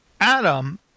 Adam